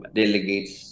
delegates